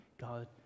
God